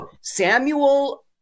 samuel